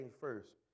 first